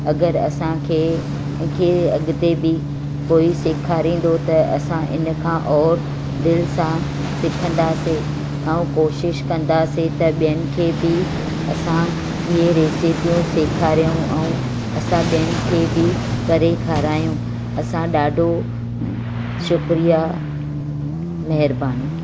अगरि असां खे अॻिते बि कोई सेखारींदो त असां हिन खां ओर दिलि सां सिखंदासीं ऐं कोशिशि कंदासीं त ॿियनि खे बि असां इहे रेसिपियूं सेखारियऊं ऐं असां ॿियनि खे बि करे खारायूं असां ॾाढो शुक्रिया महिरबानी